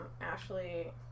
Ashley